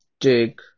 take